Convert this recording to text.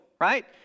right